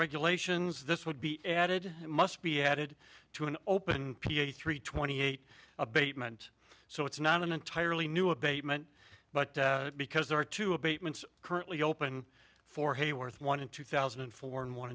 regulations this would be added must be added to an open three twenty eight abatement so it's not an entirely new abatement but because there are two abatement currently open for hayworth one in two thousand and four and one